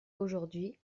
aujourd’hui